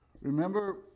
Remember